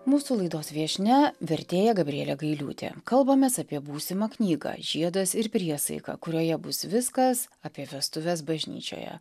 mūsų laidos viešnia vertėja gabrielė gailiūtė kalbamės apie būsimą knygą žiedas ir priesaika kurioje bus viskas apie vestuves bažnyčioje